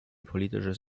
politisches